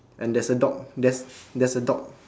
and there's a dog there's there's a dog